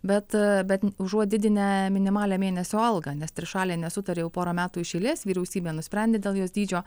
bet bet užuot didinę minimalią mėnesio algą nes trišalė nesutarė jau porą metų iš eilės vyriausybė nusprendė dėl jos dydžio